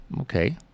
Okay